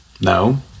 No